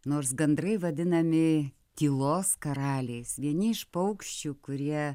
nors gandrai vadinami tylos karaliais vieni iš paukščių kurie